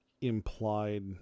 implied